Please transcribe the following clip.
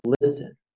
listen